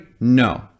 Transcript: No